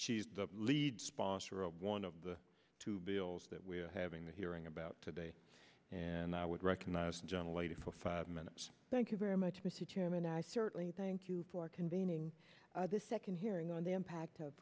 she's the lead sponsor of one of the two bills that we're having the hearing about today and i would recognize a gentle lady for five minutes thank you very much mr chairman i certainly thank you for convening this second hearing on the impact of